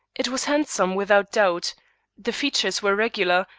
it was handsome without doubt the features were regular,